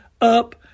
up